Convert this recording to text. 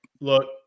Look